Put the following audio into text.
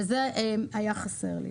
וזה היה חסר לי.